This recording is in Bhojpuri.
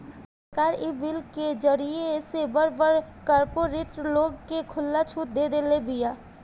सरकार इ बिल के जरिए से बड़ बड़ कार्पोरेट लोग के खुला छुट देदेले बिया